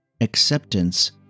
acceptance